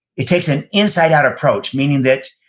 it takes an inside-out approach, meaning that,